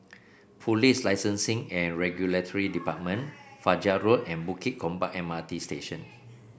Police Licensing and Regulatory Department Fajar Road and Bukit Gombak M R T Station